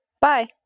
Bye